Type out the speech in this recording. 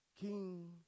king